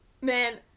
Man